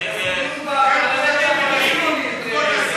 ההצעה שלא לכלול את הנושא